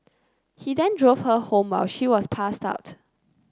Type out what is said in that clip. he then drove her home while she was passed out